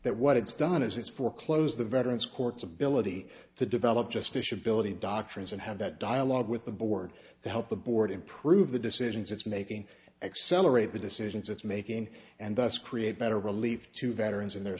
that what it's done is it's for close the veterans courts ability to develop just issue building doctrines and have that dialogue with the board to help the board improve the decisions it's making accelerate the decisions it's making and thus create better relief to veterans and their